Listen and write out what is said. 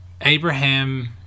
Abraham